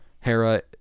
Hera